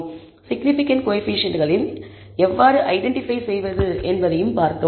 significant கோஎஃபீஷியேன்ட்களை எவ்வாறு identify செய்வது என்பதையும் பார்த்தோம்